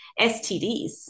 STDs